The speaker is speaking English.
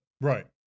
Right